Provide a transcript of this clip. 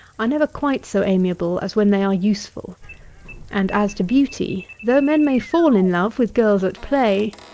are never quite so amiable as when they are useful and as to beauty, though men may fall in love with girls at play,